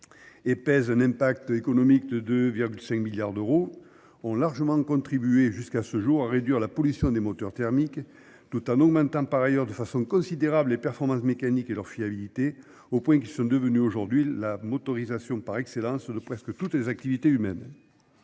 et pèse un impact économique de 2,5 milliards d'euros ont largement contribué jusqu'à ce jour à réduire la pollution des moteurs thermiques tout en augmentant par ailleurs de façon considérable les performances mécaniques et leur fiabilité au point qu'ils sont devenus aujourd'hui la motorisation par excellence de presque toutes les activités humaines.